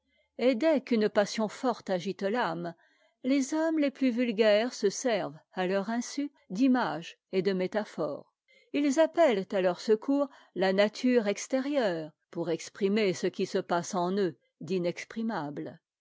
qu'une passion forte agite l'âme les hommes les plus vulgaires se servent à leur insu d'images et de métaphores ils appellent à leur secours la nature extérieure pour exprimer ce qui se passe en eux